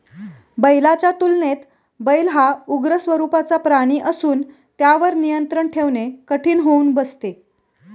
बैलाच्या तुलनेत बैल हा उग्र स्वरूपाचा प्राणी असून त्यावर नियंत्रण ठेवणे कठीण होऊन बसते